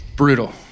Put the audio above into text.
Brutal